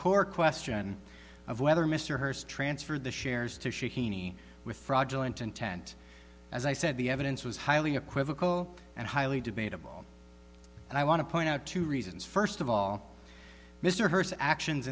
core question of whether mr hurst transferred the shares to with fraudulent intent as i said the evidence was highly equivocal and highly debatable and i want to point out two reasons first of all mr hurst actions